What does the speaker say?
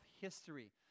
history